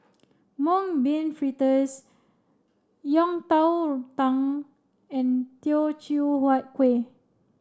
Mung Bean Fritters Yang Dang Tang and Teochew Huat Kuih